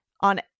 on